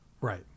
Right